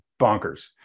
bonkers